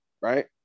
right